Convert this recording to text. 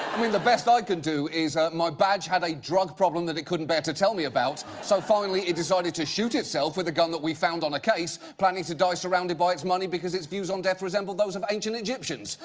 i mean, the best i can do is, ah, my badge had a drug problem that it couldn't bear to tell me about, so finally, it decided to shoot itself with a gun that we found on a case, planning to die surrounded by its money because its views on death resemble those of ancient egyptians.